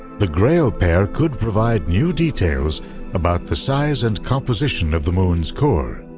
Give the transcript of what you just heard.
the grail pair could provide new details about the size and composition of the moon's core,